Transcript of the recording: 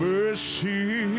Mercy